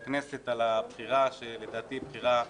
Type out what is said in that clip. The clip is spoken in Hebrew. אני מתכבד לפתוח את ישיבת ועדת הכנסת בנושא חשוב שלא קורה כל קדנציה.